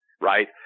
right